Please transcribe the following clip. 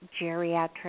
geriatric